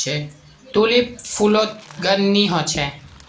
tulip फुलोत गंध नि होछे